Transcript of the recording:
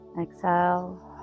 Exhale